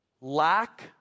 Lack